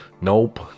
Nope